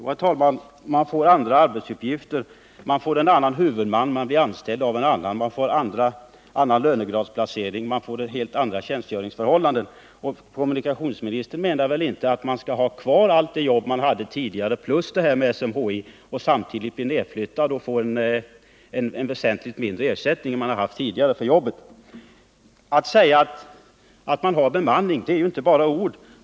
Herr talman! Man får andra arbetsuppgifter, man får en annan huvudman, man blir anställd av en annan, man får annan lönegradsplacering, man får helt andra tjänstgöringsförhållanden. Kommunikationsministern menar väl inte att man skall ha kvar allt det jobb man tidigare hade plus detta med SMHI samtidigt som man blir nedflyttad och får en väsentligt lägre ersättning än man haft tidigare för sitt jobb? Att säga att man har bemanning är ju inte bara ord.